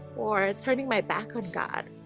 or turning, my back on god